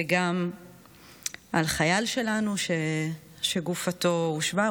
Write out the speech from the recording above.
וגם על חייל שלנו שגופתו הושבה.